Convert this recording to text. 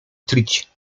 tlić